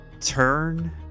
turn